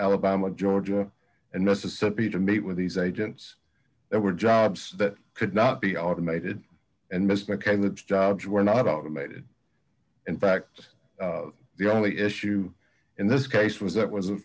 alabama georgia and mississippi to meet with these agents there were jobs that could not be automated and missed the kind of jobs were not automated in fact the only issue in this case was that was